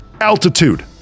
altitude